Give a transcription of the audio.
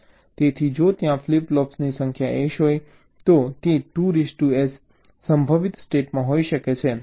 તેથી જો ત્યાં ફ્લિપ ફ્લોપ્સની સંખ્યા S હોય તો તે 2S સંભવિત સ્ટેટમાં હોઈ શકે છે